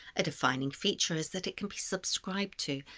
a defining feature is that it can be subscribed to,